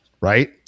right